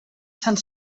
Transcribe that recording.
sant